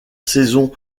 saison